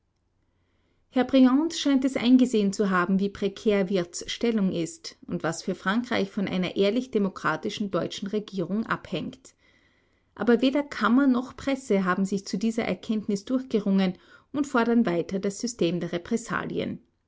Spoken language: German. herr briand scheint es eingesehen zu haben wie prekär wirths stellung ist und was für frankreich von einer ehrlich demokratischen deutschen regierung abhängt aber weder kammer noch presse haben sich zu dieser erkenntnis durchgerungen und fordern weiter das system der repressalien